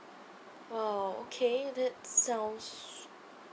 oh okay that sounds